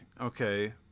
okay